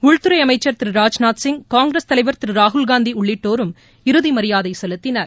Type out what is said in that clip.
உள்துறை அமைச்சர் திரு ராஜ்நாத் சிங் காங்கிரஸ் தலைவர் திரு ராகுல்காந்தி உள்ளிட்டோரும் இறுதி மரியாதை செலுத்தினர்